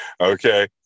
Okay